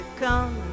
come